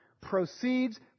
proceeds